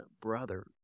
brother